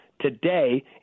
today